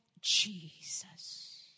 Jesus